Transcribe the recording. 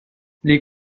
les